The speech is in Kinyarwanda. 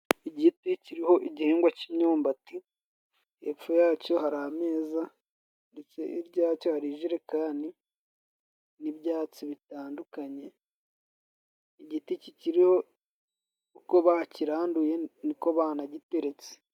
Igiti kiriho igihingwa cy' imyumbati hepfo yacyo hari ameza, ndetse, hirya yacyo hari ijerekani n' ibyatsi bitandukanye, igiti kiriho uko bakiranduye niko banagiteretse.